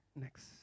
Next